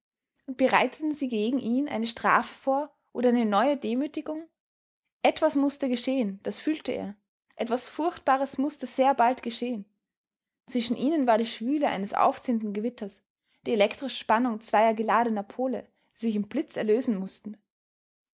und bereiteten sie gegen ihn eine strafe vor oder eine neue demütigung etwas mußte geschehen das fühlte er etwas furchtbares mußte sehr bald geschehen zwischen ihnen war die schwüle eines aufziehenden gewitters die elektrische spannung zweier geladener pole die sich im blitz erlösen mußte